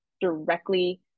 directly